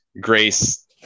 grace